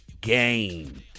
game